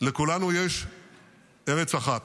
"לכולנו יש ארץ אחת,